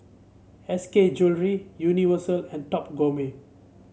S K Jewellery Universal and Top Gourmet